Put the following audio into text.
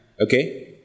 Okay